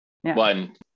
One